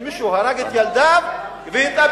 שמישהו הרג את ילדיו והתאבד.